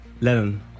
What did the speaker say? Lennon